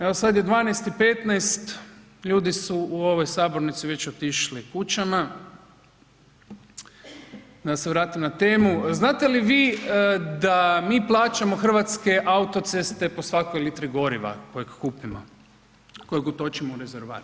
Evo sad je 12 i 15, ljudi su ovoj sabornici već otišli kućama, da se vratim na temu, znate li vi da mi plaćamo hrvatske autoceste po svakoj litri goriva kojeg kupimo, kojeg utočimo u rezervoar?